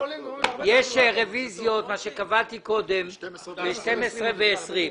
יש רביזיות וקבעתי הצבעות ב-12:20.